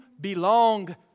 belong